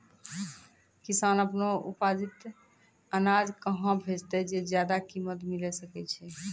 किसान आपनो उत्पादित अनाज कहाँ बेचतै जे ज्यादा कीमत मिलैल सकै छै?